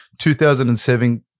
2007